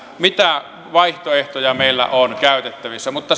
mitä vaihtoehtoja meillä on käytettävissä mutta